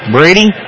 Brady